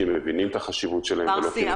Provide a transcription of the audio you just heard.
הם מבינים את החשיבות שלהם ולא כי הם מפחדים מאכיפה.